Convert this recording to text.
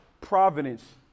providence